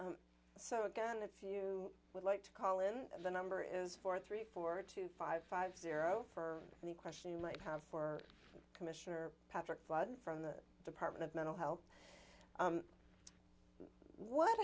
and so again if you would like to call in the number is four three four to five five zero for any question you might have commissioner patrick blood from the department of mental health what